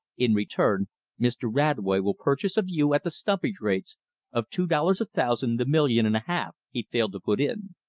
in return mr. radway will purchase of you at the stumpage rates of two dollars a thousand the million and a half he failed to put in.